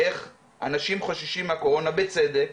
איך אנשים חוששים מהקורונה בצדק,